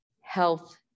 health